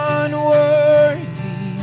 unworthy